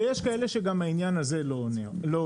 ויש כאלה שגם העניין הזה לא עוזר.